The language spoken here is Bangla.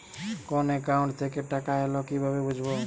কোন একাউন্ট থেকে টাকা এল কিভাবে বুঝব?